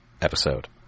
episode